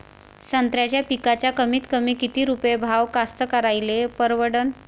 संत्र्याचा पिकाचा कमीतकमी किती रुपये भाव कास्तकाराइले परवडन?